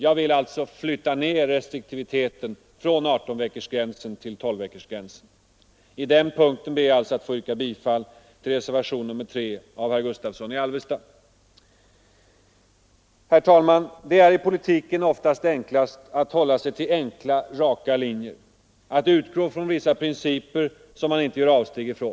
Jag vill alltså flytta ned restriktiviteten från adertonveckorsgränsen till tolvveckorsgränsen. På den punkten ber jag att få yrka bifall till reservationen 3 av herr Gustavsson i Alvesta. Herr talman! Det är i politiken oftast enklast att hålla sig till enkla, raka linjer, att utgå ifrån vissa principer som man inte gör avsteg ifrån.